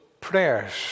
Prayers